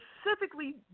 specifically